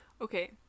okay